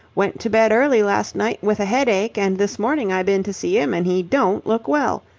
went to bed early last night with a headache, and this morning i been to see him and he don't look well.